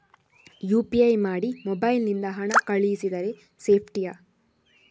UPI ಮಾಡಿ mobile ನಿಂದ ಹಣ ಕಳಿಸಿದರೆ ಸೇಪ್ಟಿಯಾ?